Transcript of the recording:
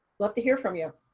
love to hear from you.